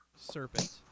Serpent